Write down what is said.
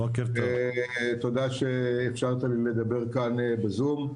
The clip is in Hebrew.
תודה שאפשרת לי לדבר כאן בזום.